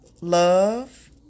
Love